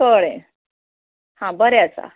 कळें हां बरें आसा